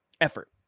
effort